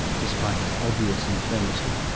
despite his obvious infirmity,